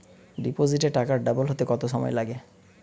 ডিপোজিটে টাকা ডবল হতে কত সময় লাগে?